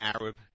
Arab